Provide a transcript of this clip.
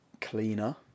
cleaner